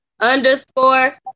underscore